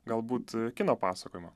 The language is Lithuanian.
galbūt kino pasakojimą